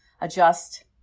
adjust